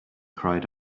cried